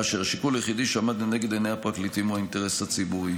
כאשר השיקול היחידי שעמד לנגד עיני הפרקליטים הוא האינטרס הציבורי.